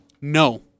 No